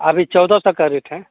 अभी चौदह सौ का रेट है